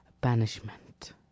banishment